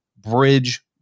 bridge